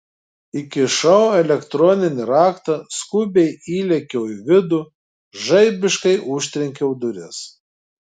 įkišau elektroninį raktą skubiai įlėkiau į vidų žaibiškai užtrenkiau duris